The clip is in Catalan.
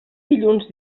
dilluns